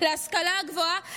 להשכלה הגבוהה,